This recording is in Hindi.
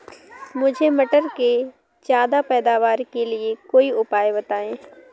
मुझे मटर के ज्यादा पैदावार के लिए कोई उपाय बताए?